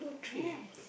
yes